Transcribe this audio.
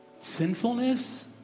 Sinfulness